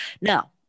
Now